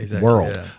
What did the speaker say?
world